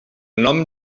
nom